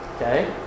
Okay